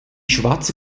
schwarze